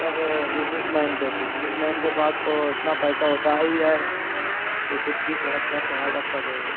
سب businessman تھے businessman کے پاس تو اتنا پیسہ ہوتا ہی ہے کہ خود کی صحت کا خیال رکھ سکیں وہ